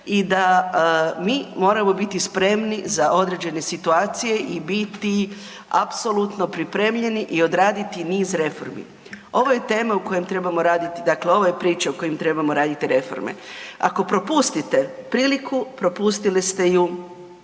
i da mi moramo biti spremni za određene situacije i biti apsolutno pripremljeni i odraditi niz reformi. Ovo je tema u kojoj trebamo raditi, dakle ovo je priča u kojoj trebamo raditi reforme. Ako propustite priliku, propustili ste ju